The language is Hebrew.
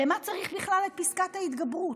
למה צריך בכלל את פסקת ההתגברות?